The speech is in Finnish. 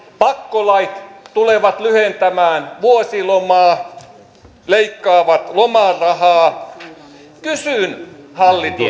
pakkolait tulevat lyhentämään vuosilomaa leikkaavat lomarahaa kysyn hallitus